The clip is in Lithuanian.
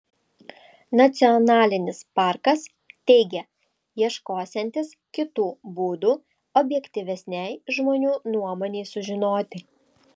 nacionalinis parkas teigia ieškosiantis kitų būdų objektyvesnei žmonių nuomonei sužinoti